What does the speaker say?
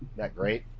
that great?